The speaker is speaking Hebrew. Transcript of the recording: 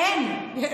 אין.